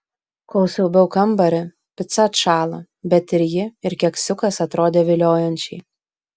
kol siaubiau kambarį pica atšalo bet ir ji ir keksiukas atrodė viliojančiai